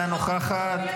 אינה נוכחת,